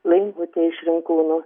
laimutei iš rinkūnų